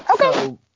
Okay